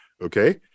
Okay